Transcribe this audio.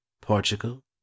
portugal